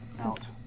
out